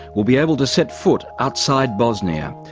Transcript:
will be able to set foot outside bosnia.